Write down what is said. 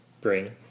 bring